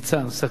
ולסיכום, אדוני,